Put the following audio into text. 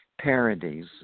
parodies